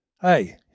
Hey